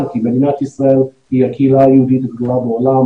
כי מדינת ישראל היא הקהילה היהודית הגדולה בעולם,